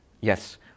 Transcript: Yes